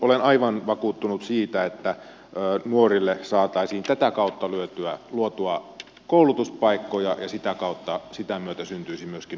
olen aivan vakuuttunut siitä että nuorille saataisiin tätä kautta luotua koulutuspaikkoja ja sitä myötä syntyisi myöskin nuorille työpaikkoja